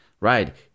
Right